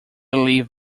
leave